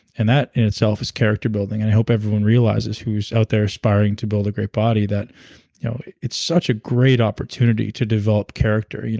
and that in itself is character building, and i hope everyone realizes who's out there aspiring to build a great body, that it's such a great opportunity to develop character. you know